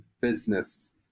business